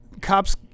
cops